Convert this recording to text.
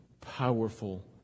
powerful